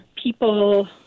people